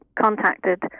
contacted